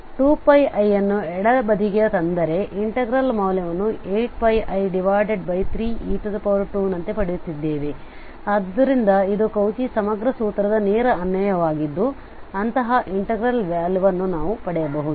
2πi ಅನ್ನು ಎಡಬದಿಗೆ ತಂದರೆ ಇನ್ಟೆಗ್ರಲ್ ಮೌಲ್ಯವನ್ನು 8πi3e2 ನಂತೆ ಪಡೆಯುತ್ತಿದ್ದೇವೆ ಆದ್ದರಿಂದ ಇದು ಕೌಚಿ ಸಮಗ್ರ ಸೂತ್ರದ ನೇರ ಅನ್ವಯವಾಗಿದ್ದು ಅಂತಹ ಇಂಟೆಗ್ರಲ್ ವ್ಯಾಲ್ಯುನ್ನು ನಾವು ಪಡೆಯಬಹುದು